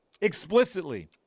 explicitly